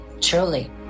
truly